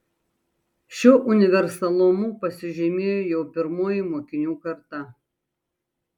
šiuo universalumu pasižymėjo jau pirmoji mokinių karta